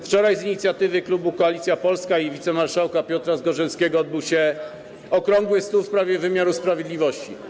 Wczoraj z inicjatywy klubu Koalicja Polska i wicemarszałka Piotra Zgorzelskiego odbył się okrągły stół w sprawie wymiaru sprawiedliwości.